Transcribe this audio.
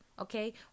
okay